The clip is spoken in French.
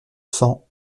cents